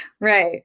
Right